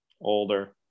Older